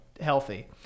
healthy